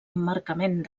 emmarcament